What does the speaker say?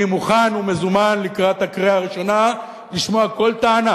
אני מוכן ומזומן לקראת הקריאה הראשונה לשמוע כל טענה.